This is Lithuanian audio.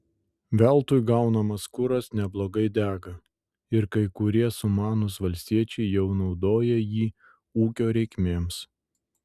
veltui gaunamas kuras neblogai dega ir kai kurie sumanūs valstiečiai jau naudoja jį ūkio reikmėms